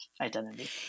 identity